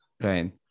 right